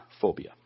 phobia